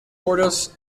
borders